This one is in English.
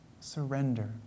surrender